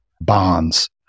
bonds